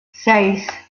seis